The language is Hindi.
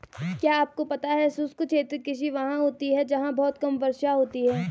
क्या आपको पता है शुष्क क्षेत्र कृषि वहाँ होती है जहाँ बहुत कम वर्षा होती है?